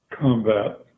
combat